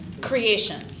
creation